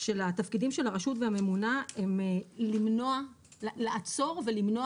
של תפקידי הרשות והממונה הם לעצור ולמנוע